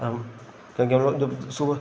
हम क्योंकि हम लोग जब सुबह